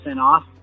off